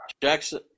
Jackson